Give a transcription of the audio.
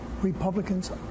Republicans